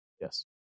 Yes